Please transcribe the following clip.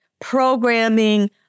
programming